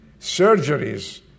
surgeries